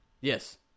Yes